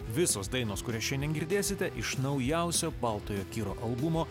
visos dainos kurias šiandien girdėsite iš naujausio baltojo kiro albumo